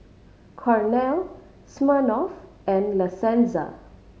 Cornell Smirnoff and La Senza